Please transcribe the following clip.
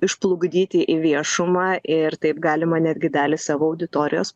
išplukdyti į viešumą ir taip galima netgi dalį savo auditorijos